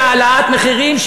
הרי זה באמת העלאת מחירים,